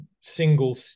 single